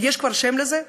ויש כבר שם לזה,